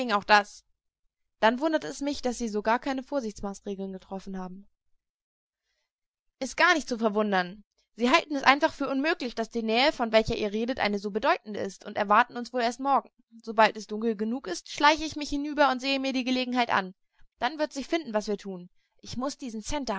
auch das dann wundert es mich daß sie so gar keine vorsichtsmaßregeln getroffen haben ist gar nicht zu verwundern sie halten es einfach für unmöglich daß die nähe von welcher ihr redet eine so bedeutende ist und erwarten uns wohl erst morgen sobald es dunkel genug ist schleiche ich mich hinüber und sehe mir die gelegenheit an dann wird sich finden was wir tun ich muß diesen